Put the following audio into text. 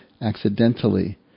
accidentally